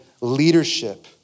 leadership